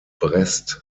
brest